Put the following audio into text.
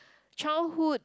childhood